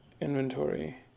Inventory